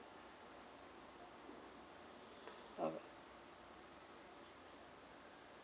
alright